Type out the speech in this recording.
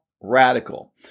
radical